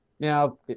Now